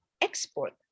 export